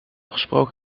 gesproken